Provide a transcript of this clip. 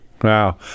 Wow